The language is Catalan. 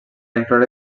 incloure